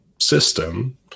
system